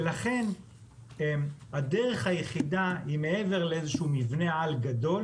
ולכן הדרך היחידה היא מעבר לאיזשהו מבנה על גדול